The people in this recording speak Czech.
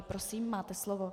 Prosím, máte slovo.